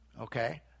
okay